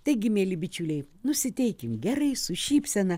taigi mieli bičiuliai nusiteikim gerai su šypsena